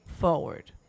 forward